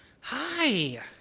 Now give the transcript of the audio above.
Hi